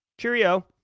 cheerio